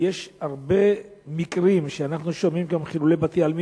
אנחנו שומעים על הרבה מקרים של חילול בתי-עלמין